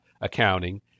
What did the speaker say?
accounting